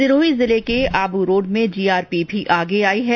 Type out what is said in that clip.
सिरोही जिले के आबूरोड़ में जीआरपी भी आगे आई है